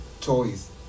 toys